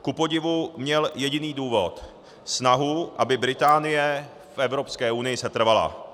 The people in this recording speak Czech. Kupodivu měl jediný důvod snahu, aby Británie v Evropské unii setrvala.